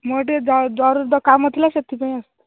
ମୋର ଟିକେ ଜରୁରୀ ତ କାମ ଥିଲା ସେଥିପାଇଁ ଆସିଥିଲି